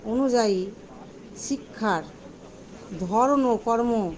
অনুযায়ী শিক্ষার ধর্ম কর্ম